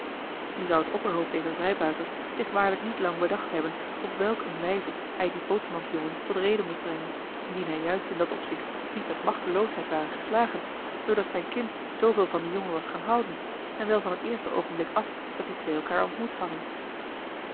nu zou het opperhoofd dezer vrijbuiters zich waarlijk niet lang bedacht hebben op welk een wijze hij dien bootsmansjongen tot rede moest brengen indien hij juist in dat opzicht niet met machteloosheid ware geslagen doordat zijn kind zooveel van dien jongen was gaan houden en wel van het eerste oogenblik af dat die twee elkaar ontmoet hadden